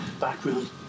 background